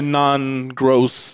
non-gross